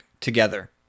together